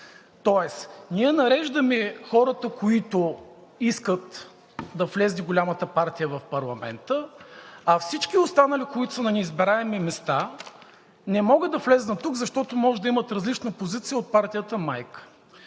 Тоест ние нареждаме хората, които искат да влезе голямата партия в парламента, а всички останали, които са на неизбираеми места, не могат да влязат тук, защото може да имат различна позиция от партията-майка.